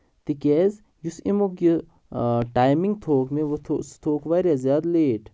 تِکیازِ یُس اَمیُک یہِ ٹایمِنگ تھووُکھ ؤ تھوٚو سُہ تھووُکھ واریاہ زیادٕ لیٹ